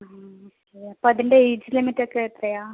ആ ഓക്കെ അപ്പോൾ അതിൻ്റെ എയ്ജ് ലിമിറ്റ് ഒക്കെ എത്രയാണ്